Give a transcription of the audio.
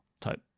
type